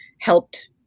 helped